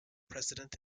president